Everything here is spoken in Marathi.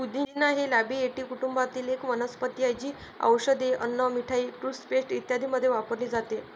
पुदिना हे लॅबिएटी कुटुंबातील एक वनस्पती आहे, जी औषधे, अन्न, मिठाई, टूथपेस्ट इत्यादींमध्ये वापरली जाते